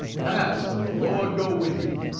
pass, and the lord go with you,